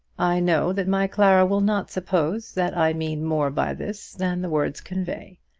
i know that my clara will not suppose that i mean more by this than the words convey.